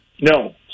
No